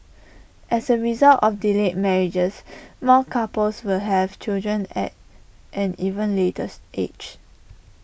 as A result of delayed marriages more couples will have children at an even later's age